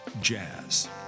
jazz